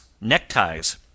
neckties